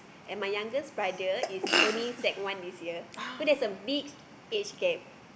and my youngest brother is only sec one this year so there's a big age gap